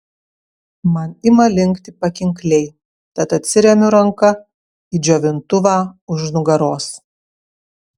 man ima linkti pakinkliai tad atsiremiu ranka į džiovintuvą už nugaros